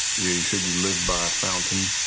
you you said you lived by a fountain?